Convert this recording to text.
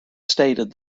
stated